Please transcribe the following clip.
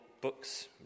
books